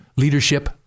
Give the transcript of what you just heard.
Leadership